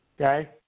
okay